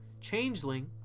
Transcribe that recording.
Changeling